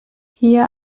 hier